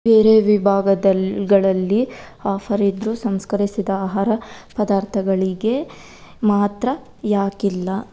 ಬೇರೆ ವಿಭಾಗದಲ್ಲಿ ಗಳಲ್ಲಿ ಆಫರ್ ಇದ್ದರೂ ಸಂಸ್ಕರಿಸಿದ ಆಹಾರ ಪದಾರ್ಥಗಳಿಗೆ ಮಾತ್ರ ಯಾಕಿಲ್ಲ